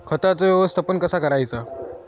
खताचा व्यवस्थापन कसा करायचा?